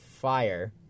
fire